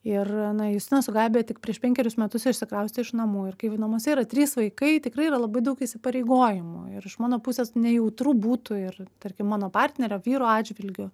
ir na justina su gabija tik prieš penkerius metus išsikraustė iš namų ir kai namuose yra trys vaikai tikrai yra labai daug įsipareigojimų ir iš mano pusės nejautru būtų ir tarkim mano partnerio vyro atžvilgiu